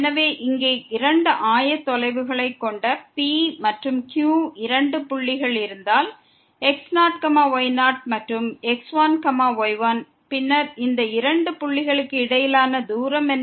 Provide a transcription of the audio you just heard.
எனவே இங்கே இரண்டு ஆயத்தொலைவுகளைக் கொண்ட P மற்றும் Q என்ற இரண்டு புள்ளிகள் இருந்தால் x0 y0 மற்றும் x1 y1இருக்கும் பின்னர் இந்த இரண்டு புள்ளிகளுக்கு இடையிலான தூரம் என்ன